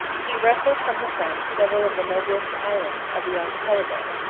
he wrested from the franks several of the noblest islands of the archipelago,